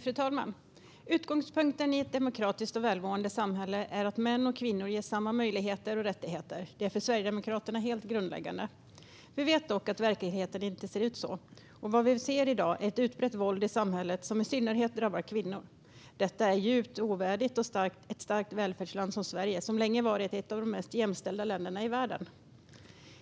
Fru talman! Utgångspunkten i ett demokratiskt och välmående samhälle är att män och kvinnor ges samma möjligheter och rättigheter. Det är för Sverigedemokraterna helt grundläggande. Vi vet dock att verkligheten inte ser ut så. Vad vi ser i dag är ett utbrett våld i samhället som i synnerhet drabbar kvinnor. Detta är djupt ovärdigt ett starkt välfärdsland som Sverige, som länge varit ett av de mest jämställda länderna i världen.